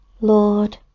Lord